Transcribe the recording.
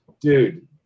Dude